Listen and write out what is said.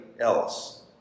else